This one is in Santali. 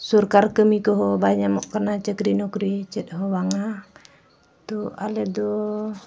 ᱥᱚᱨᱠᱟᱨ ᱠᱟᱹᱢᱤ ᱠᱚᱦᱚᱸ ᱵᱟᱭ ᱧᱟᱢᱚᱜ ᱠᱟᱱᱟ ᱪᱟᱹᱠᱨᱤ ᱱᱚᱠᱨᱤ ᱪᱮᱫ ᱦᱚᱸ ᱵᱟᱝᱟ ᱛᱚ ᱟᱞᱮᱫᱚ